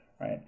right